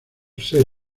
ser